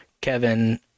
Kevin